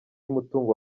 y’umutungo